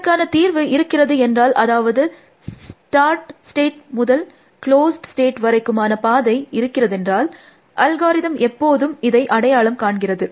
இதற்கான தீர்வு இருக்கிறது என்றால் அதாவது ஸ்டார்ட் ஸ்டேட் முதல் க்ளோஸ்ட் ஸ்டேட் வரைக்குமான பாதை இருக்கிறதென்றால் அல்காரிதம் எப்போதும் இதை அடையாளம் காண்கிறது